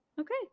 okay